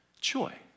joy